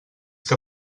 que